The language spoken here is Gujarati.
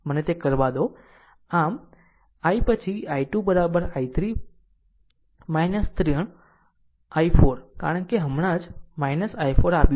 આમ આમ આ એક આ એક I પછીI2 I3 3 i4 કારણ કે હમણાં જ i4 આપ્યું છે આ સમીકરણ છે